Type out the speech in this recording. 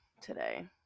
today